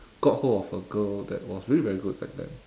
got hold of a girl that was really very good back then